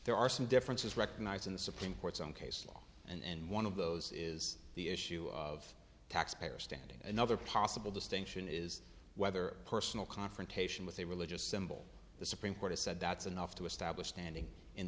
there are some differences recognized in the supreme court's own case law and one of those is the issue of taxpayer standing another possible distinction is whether personal confrontation with a religious symbol the supreme court has said that's enough to establish standing in